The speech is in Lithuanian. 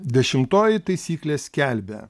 dešimtoji taisyklė skelbia